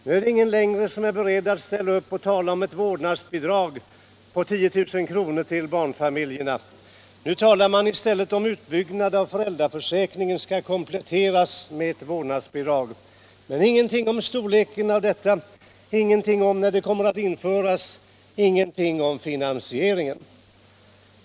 Nu är det inte längre någon som är beredd att ställa upp och tala om ett vårdnadsbidrag på 10 000 kr. till barnfamiljerna. Nu talar man i stället om att utbyggnaden av föräldraförsäkringen skall kompletteras med ett vårdnadsbidrag - men man säger ingenting om storleken av detta, ingenting om när det skall genomföras och ingenting om finansieringen.